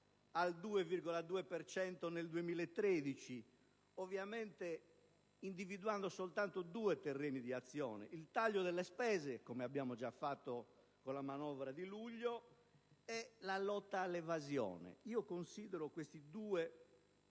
al 2,2 per cento nel 2013, individuando soltanto due terreni di azione: il taglio delle spese, come abbiamo già fatto con la manovra di luglio, e la lotta all'evasione. Io considero questi due